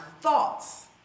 thoughts